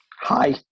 Hi